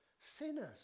sinners